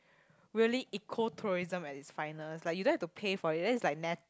really ecotourism at it's finest like you don't have to pay for it and then is like nat~